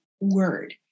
word